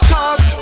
Cause